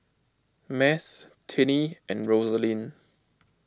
Math Tinnie and Rosalind